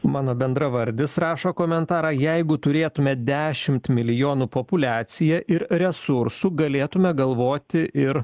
mano bendravardis rašo komentarą jeigu turėtume dešimt milijonų populiaciją ir resursų galėtume galvoti ir